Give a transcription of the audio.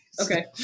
okay